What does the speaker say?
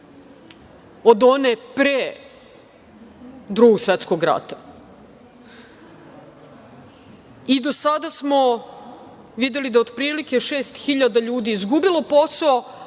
od one pre Drugog svetskog rata. I do sada smo videli da je otprilike 6.000 ljudi izgubilo posao,